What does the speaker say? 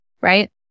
right